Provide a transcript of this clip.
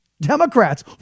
Democrats